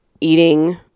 eating